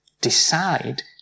decide